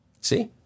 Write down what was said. See